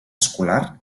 escolar